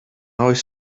oes